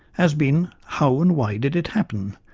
has been how and why did it happen?